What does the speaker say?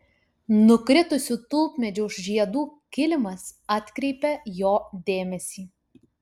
nukritusių tulpmedžių žiedų kilimas atkreipia jo dėmesį